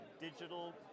digital